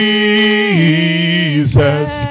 Jesus